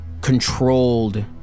controlled